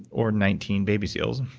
or nineteen baby seals,